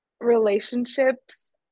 relationships